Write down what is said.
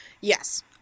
Yes